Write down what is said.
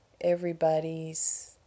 everybody's